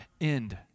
end